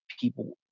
people